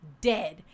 Dead